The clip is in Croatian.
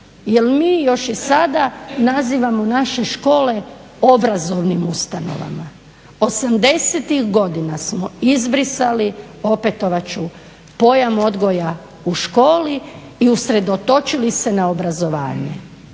Jer mi još i sada nazivamo naše škole obrazovnim ustanovama. 80-tih godina smo izbrisali, opetovat ću, pojam odgoja u školi i usredotočili se na obrazovanje